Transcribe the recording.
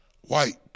white